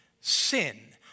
sin